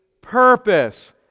purpose